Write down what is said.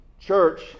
Church